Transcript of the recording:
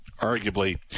arguably